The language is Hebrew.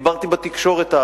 דיברתי בתקשורת הערבית.